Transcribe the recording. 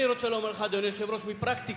אני רוצה לומר לך, אדוני היושב-ראש, מפרקטיקה,